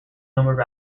number